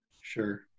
Sure